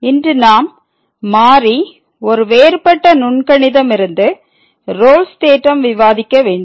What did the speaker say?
இன்று நாம் மாறி ஒரு வேறுபட்ட நுண்கணிதம் இருந்து ரோல்ஸ் தேற்றம் விவாதிக்க வேண்டும்